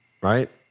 Right